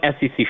SEC